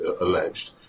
alleged